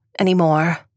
anymore